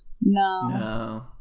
No